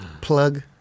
plug